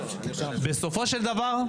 בסופו של דבר,